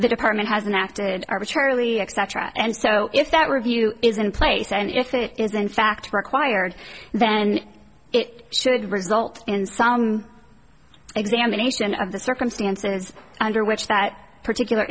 the department hasn't acted arbitrarily etc and so if that review is in place and if it is in fact required then it should result in some examination of the circumstances under which that particular